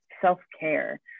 self-care